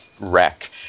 wreck